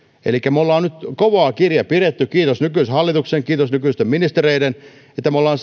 elikkä me olemme nyt kovaa kiriä pitäneet kiitos nykyisen hallituksen kiitos nykyisten ministereiden että me olemme